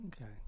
Okay